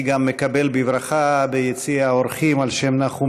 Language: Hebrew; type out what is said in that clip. אני מקבל בברכה ביציע האורחים על שם נחום